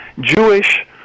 Jewish